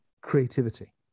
Creativity